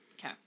Okay